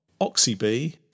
OxyB